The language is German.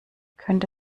könnte